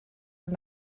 are